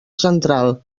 central